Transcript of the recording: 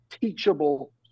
teachable